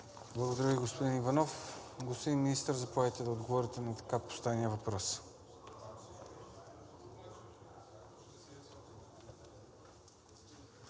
Благодаря ви, господин Папов. Господин Министър, заповядайте да отговорите на така поставения въпрос.